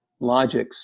logics